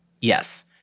Yes